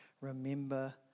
remember